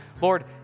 Lord